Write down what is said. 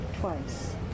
twice